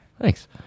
Thanks